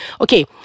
Okay